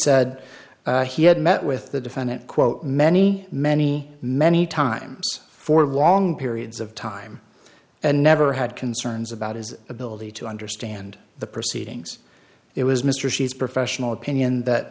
said he had met with the defendant quote many many many times for long periods of time and never had concerns about his ability to understand the proceedings it was mr she's professional opinion that